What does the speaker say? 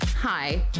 Hi